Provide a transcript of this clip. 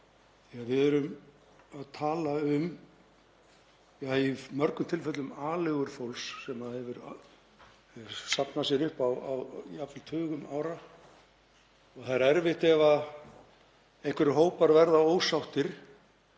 við erum að tala um í mörgum tilfellum aleigu fólks sem það hefur safnað sér upp á jafnvel tugum ára. Það er erfitt ef einhverjir hópar verða ósáttir